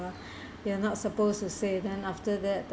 you're not supposed to say then after that